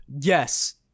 Yes